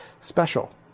special